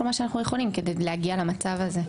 מה שאנחנו יכולים כדי להגיע למצב הזה.